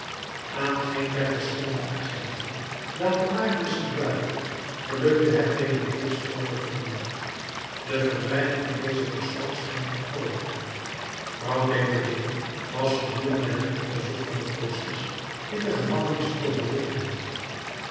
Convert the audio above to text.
aan geen der verschillende agenten welke marius gebruikte gelukte het thénardiers spoor te vinden de verdwijning van dezen persoon scheen volkomen vrouw thénardier was gedurende het onderzoek van het proces in de gevangenis overleden